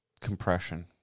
compression